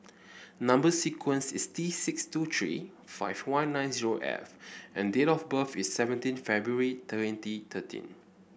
number sequence is T six two three five one nine zero F and date of birth is seventeen February twenty thirteen